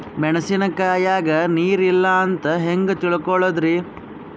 ಮೆಣಸಿನಕಾಯಗ ನೀರ್ ಇಲ್ಲ ಅಂತ ಹೆಂಗ್ ತಿಳಕೋಳದರಿ?